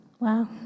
Wow